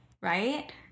right